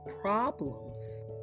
problems